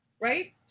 Right